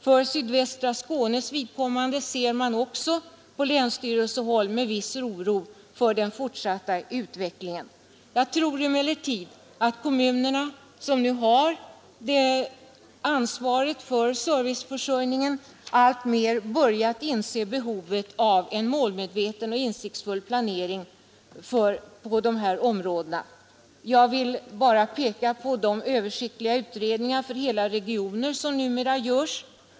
För sydvästra Skånes vidkommande ser man också på länsstyrelsehåll med viss oro på den fortsatta utvecklingen. Jag tror emellertid att kommunerna som nu har ansvaret för serviceförsörjningen alltmer börjat inse behovet av en målmedveten och insiktsfull planering på dessa områden. Jag vill bara peka på de översiktliga utredningar för hela regioner som numera görs.